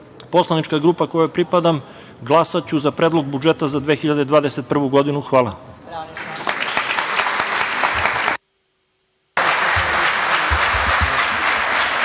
poslanička grupa kojoj pripadam, glasaću za Predlog budžeta za 2021. godinu. Hvala.